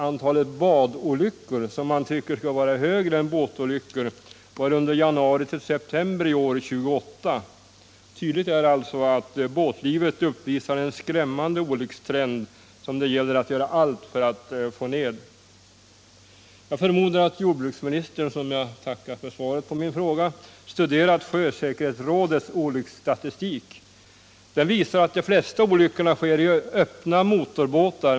Antalet badolyckor, som man tycker borde vara högre än antalet båtolyckor, var under januari-september i år 28. Tydligt är alltså att båtlivet visar en skrämmande olyckstrend, som det gäller att göra allt för att få ned. Jag förmodar att jordbruksministern, som jag tackar för svaret på min fråga, har studerat sjösäkerhetsrådets olycksstatistik. Den visar att de flesta olyckor sker i öppna motorbåtar.